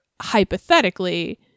hypothetically